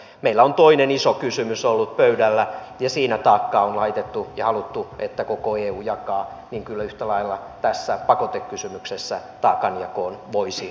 meillä on toinen iso kysymys ollut pöydällä ja siinä on haluttu että koko eu jakaa taakan niin että kyllä yhtä lailla tässä pakotekysymyksessä taakanjakoon voisi puuttua